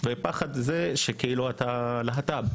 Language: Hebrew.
ופחד מזה שאתה להט״ב.